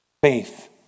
Faith